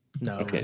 No